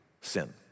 sin